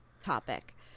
topic